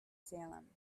salem